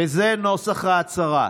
וזה נוסח ההצהרה: